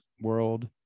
world